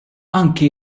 anke